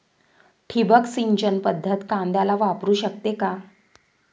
ठिबक सिंचन पद्धत कांद्याला वापरू शकते का?